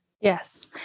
Yes